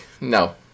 no